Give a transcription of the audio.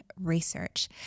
research